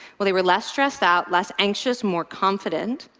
well, they were less stressed out, less anxious, more confident,